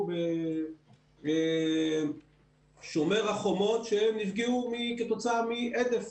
שנפגעו ב"שומר החומות", שהם נפגעו כתוצאה מהדף,